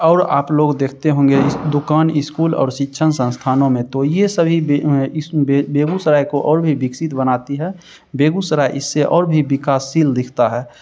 और आप लोग देखते होंगे दुकान स्कूल और शिक्षण संस्थानों में तो ये सभी इसमें भी बेगूसराय को और भी विकसित बनाती है बेगूसराय इससे और भी विकासशील दिखता है